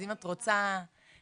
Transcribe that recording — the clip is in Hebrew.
אני לא יודעת אם להגיד שאני שמחה,